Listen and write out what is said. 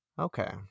Okay